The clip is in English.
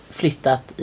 flyttat